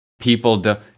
people